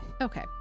Okay